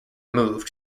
moved